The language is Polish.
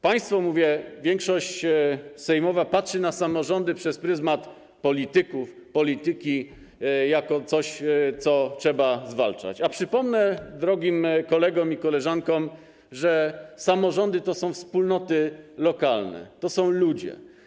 Państwo - mówię tu o większości sejmowej - patrzy na samorządy przez pryzmat polityków, polityki jako na coś, co trzeba zwalczać, a przypomnę drogim kolegom i koleżankom, że samorządy to są wspólnoty lokalne, to są ludzie.